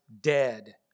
dead